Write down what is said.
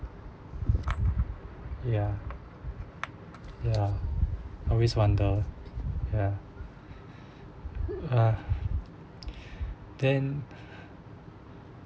ya ya always wonder ya uh then